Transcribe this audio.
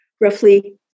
roughly